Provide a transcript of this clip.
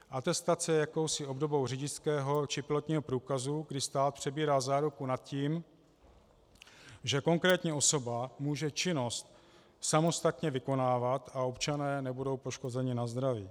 Atestace je jakousi obdobou řidičského či pilotního průkazu, kdy stát přebírá záruku nad tím, že konkrétní osoba může činnost samostatně vykonávat a občané nebudou poškozeni na zdraví.